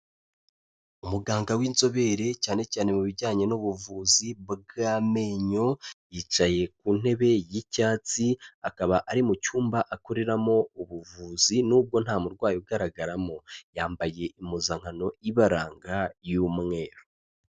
Umuganga w'inzobere cyane cyane mu bijyanye n'ubuvuzi bw'amenyo, yicaye ku ntebe y'icyatsi, akaba ari mu cyumba akoreramo ubuvuzi nubwo nta murwayi ugaragaramo. Yambaye impuzankano ibaranga y'umweru.